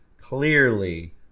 clearly